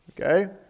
okay